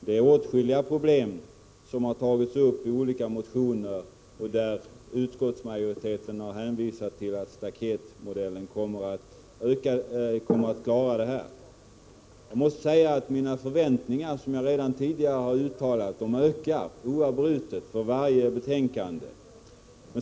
I olika motioner har tagits upp åtskilliga problem, som utskottsmajoriteten anser möjliga att lösa genom staketmodellen. Mina förväntningar, som jag redan tidigare har uttalat, ökar oavbrutet för varje betänkande.